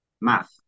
math